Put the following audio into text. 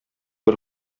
бер